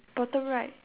bottom right